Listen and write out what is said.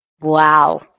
Wow